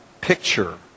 picture